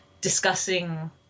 discussing